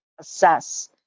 assess